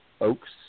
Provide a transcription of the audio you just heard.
Oaks